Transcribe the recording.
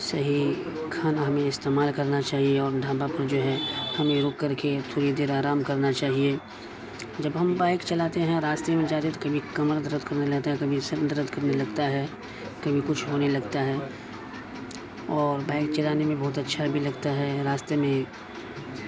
صحیح کھانا ہمیں استعمال کرنا چاہیے اور ڈھابہ پر جو ہے ہمیں رک کر کے تھوڑی دیر آرام کرنا چاہیے جب ہم بائک چلاتے ہیں راستے میں جارہے ہیں کبھی کمر درد کرنے لگتا ہے کبھی سر درد کرنے لگتا ہے کبھی کچھ ہونے لگتا ہے اور بائک چلانے میں بہت اچھا بھی لگتا ہے راستے میں